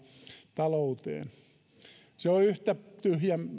talouteen on yhtä tyhjän